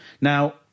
Now